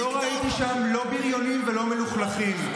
לא ראיתי שם לא בריונים ולא מלוכלכים.